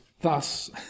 thus